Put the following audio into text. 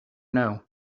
know